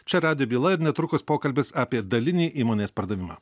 čia radijo byla ir netrukus pokalbis apie dalinį įmonės pardavimą